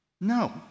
No